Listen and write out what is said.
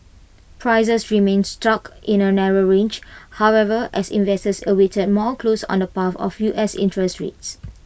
prices remained stuck in A narrow range however as investors awaited more clues on the path of U S interest rates